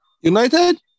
United